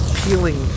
peeling